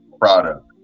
Product